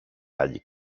άλλη